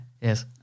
Yes